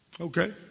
Okay